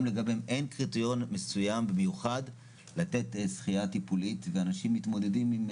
לגביהם אין קריטריון מסוים ומיוחד לתת שחייה טיפולית ואנשים מתמודדים עם